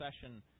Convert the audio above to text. session